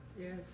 Yes